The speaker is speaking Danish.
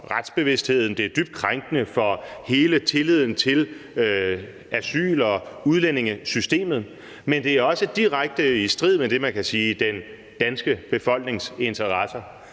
retsbevidstheden, og det er dybt krænkende for hele tilliden til asyl- og udlændingesystemet, men det er også direkte i strid med det, man kan sige er den danske befolknings interesser.